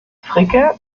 fricke